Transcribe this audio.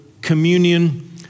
communion